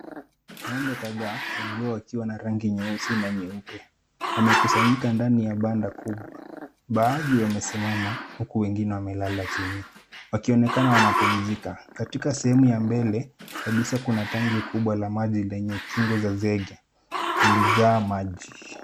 Ng'ombe kadhaa wengi wao wakiwa na rangi ya nyeusi nya nyeupe wamekusanyika ndani ya banda kubwa. Baadhi wamesimama huku wengine wakiwa wamelala chini wakionekana wanapumzika. Katika sehemu ya mbele kabisa kuna tangi kubwa la maji lenye kingo za zege ilijaa maji.